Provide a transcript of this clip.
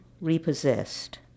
repossessed